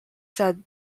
said